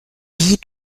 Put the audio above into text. die